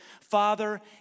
Father